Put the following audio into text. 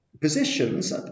Positions